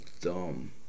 dumb